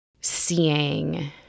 seeing